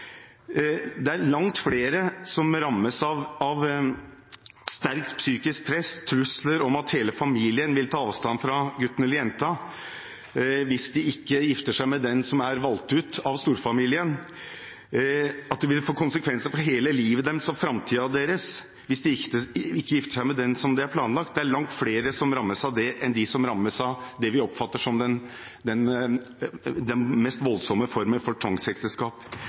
Det er langt flere som rammes av sterkt psykisk press, av trusler om at hele familien vil ta avstand fra gutten eller jenta hvis han eller hun ikke gifter seg med den som er valgt ut av storfamilien, om at det vil få konsekvenser for hele livet deres og framtiden deres hvis de ikke gifter seg med den som er planlagt for dem. Det er langt flere som rammes av det enn som rammes av det vi oppfatter som den mest voldsomme formen for tvangsekteskap.